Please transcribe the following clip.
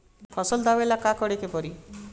फसल दावेला का करे के परी?